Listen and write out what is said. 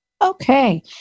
Okay